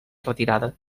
retirada